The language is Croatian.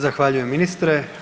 Zahvaljujem, ministre.